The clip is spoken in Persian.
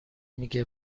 میگه